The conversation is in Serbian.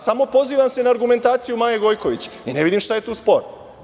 Samo se pozivam na argumentaciju Maje Gojković i ne vidim šta je tu sporno.